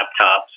laptops